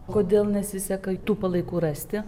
kodėl nesiseka tų palaikų rasti